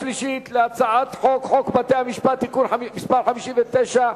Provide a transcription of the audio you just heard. חוק בתי-המשפט (תיקון מס' 59),